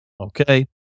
Okay